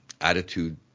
attitude